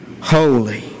holy